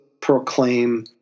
proclaim